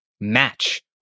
match